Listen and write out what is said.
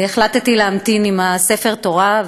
החלטתי להמתין עם ספר התורה,